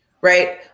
right